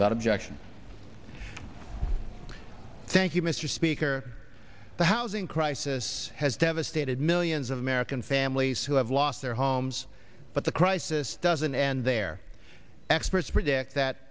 that objection thank you mr speaker the housing crisis has devastated millions of american families who have lost their homes but the crisis doesn't end there experts predict that